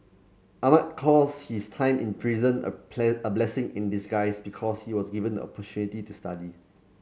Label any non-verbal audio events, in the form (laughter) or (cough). Ahmad calls his time in prison a (unintelligible) a blessing in disguise because he was given the opportunity to study